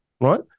right